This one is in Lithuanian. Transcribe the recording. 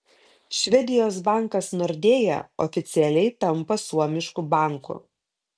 švedijos bankas nordea oficialiai tampa suomišku banku